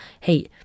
hey